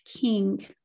king